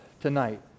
tonight